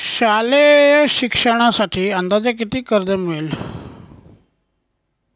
शालेय शिक्षणासाठी अंदाजे किती कर्ज मिळेल?